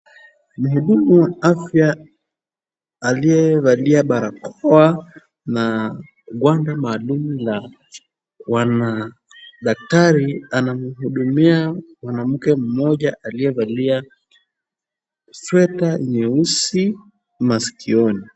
Muhudumu wa afya aliyevalia barakoa na ngwanda maalum la wanadaktari, anamuhudumia mwanamke mmoja aliyevalia sweta nyeusi, masikioni.